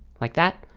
like that,